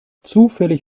zufällig